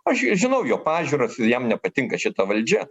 aš žinau jo pažiūras jam nepatinka šita valdžia